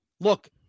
Look